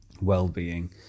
well-being